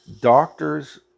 Doctors